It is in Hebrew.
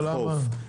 למה?